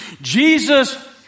Jesus